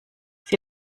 sie